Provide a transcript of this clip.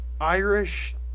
Irish